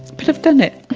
but i've done it,